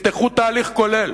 תפתחו תהליך כולל,